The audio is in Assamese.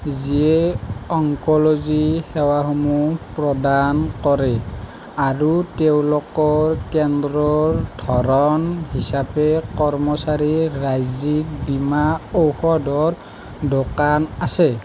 যিয়ে অংক'লজি সেৱাসমূহ প্ৰদান কৰে আৰু তেওঁলোকৰ কেন্দ্ৰৰ ধৰণ হিচাপে কৰ্মচাৰীৰ ৰাজ্যিক বীমা ঔষধৰ দোকান আছে